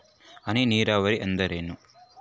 ಹನಿ ನೇರಾವರಿ ಎಂದರೇನು?